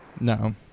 No